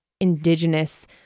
Indigenous